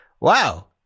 wow